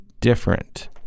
different